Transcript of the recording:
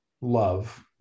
love